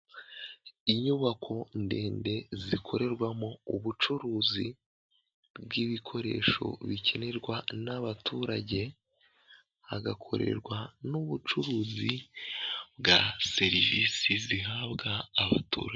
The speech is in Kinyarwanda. Inyubako ndende zikorerwamo ubucuruzi bwibikoresho bikenerwa n'abaturage, hagakorerwa n'ubucuruzi bwa serivisi zihabwa abaturage.